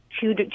two